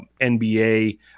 nba